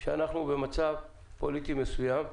שאנחנו במצב פוליטי מסוים.